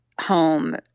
home